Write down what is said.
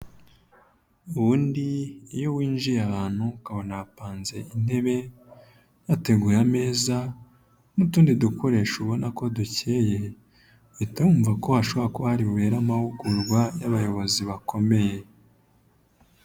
Ubundi iyo winjiye ahantu ukabona hapanze intebe hateguye neza; n'utundi dukoresho ubona ko dekeye; uhita wumvako hashobora kuba hari bubere amahugurwa y'abayobozi bakomeye.